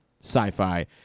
sci-fi